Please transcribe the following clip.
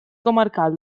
comarcal